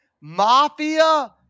Mafia